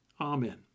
Amen